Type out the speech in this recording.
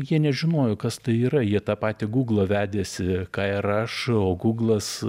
jie nežinojo kas tai yra jie tą patį guglą vedėsi ką ir aš o guglas